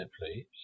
please